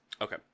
okay